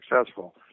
successful